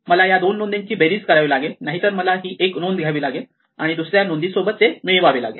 मला या दोन नोंदींची बेरीज करावी लागेल नाहीतर मला ही एक नोंद घ्यावी लागेल आणि या दुसऱ्या नोंदी सोबत ते मिळवावे लागेल